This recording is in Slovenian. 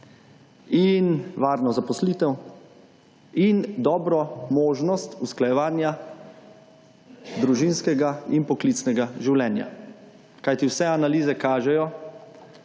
In varno zaposlitev. In dobro možnost usklajevanja družinskega in poklicnega življenja. Kajti vse analize kažejo,